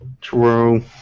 True